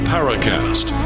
Paracast